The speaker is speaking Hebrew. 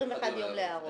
21 יום להערות.